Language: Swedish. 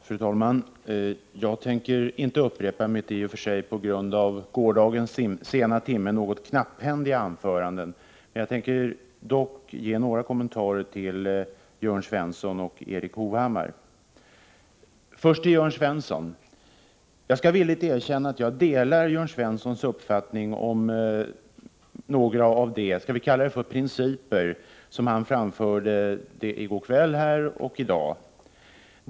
Fru talman! Jag tänker inte upprepa mitt i och för sig på grund av gårdagens sena timme något knapphändiga anförande. Jag vill dock ge några kommentarer till Jörn Svensson och Erik Hovhammar. Först till Jörn Svensson. Jag skall villigt erkänna att jag delar Jörn Svenssons uppfattning om några av de skall vi kalla dem principer som han framförde i går kväll och i dag.